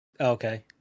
Okay